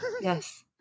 yes